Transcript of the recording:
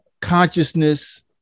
consciousness